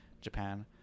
Japan